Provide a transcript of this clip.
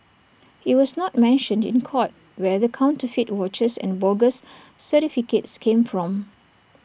IT was not mentioned in court where the counterfeit watches and bogus certificates came from